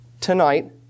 tonight